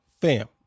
fam